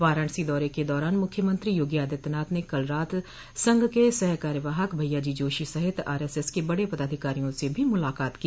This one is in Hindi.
वाराणसी दौरे के दौरान मुख्यमंत्री योगी आदित्यनाथ ने कल रात संघ के सह कार्यवाहक भइया जी जोशी सहित आरएसएस के बड़े पदाधिकारियों से भी मुलाकात की